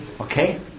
Okay